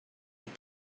were